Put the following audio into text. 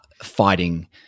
fighting